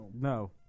No